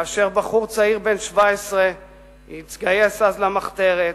כאשר בחור צעיר בן 17 התגייס אז למחתרת,